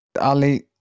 Ali